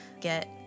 get